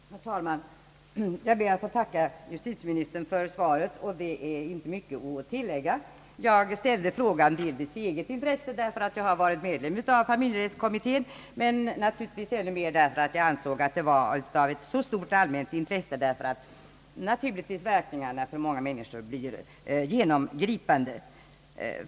Herr talman! Jag ber att få tacka justitieministern för svaret. Det är inte mycket att tillägga. Jag ställde frågan delvis i eget intresse, därför att jag har varit ledamot av familjerättskommittén. Men även därför att jag ansåg att frågan var av stort allmänt intresse, eftersom verkningarna för många människor naturligtvis blir genomgripande.